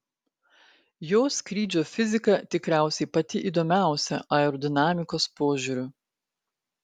jo skrydžio fizika tikriausiai pati įdomiausia aerodinamikos požiūriu